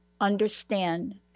understand